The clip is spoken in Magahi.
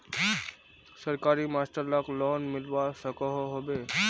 सरकारी मास्टर लाक लोन मिलवा सकोहो होबे?